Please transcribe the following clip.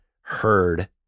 heard